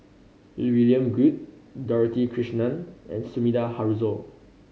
William Goode Dorothy Krishnan and Sumida Haruzo